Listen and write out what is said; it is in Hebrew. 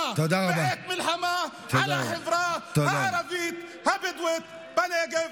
מלחמה בעת מלחמה על החברה הערבית הבדואית בנגב.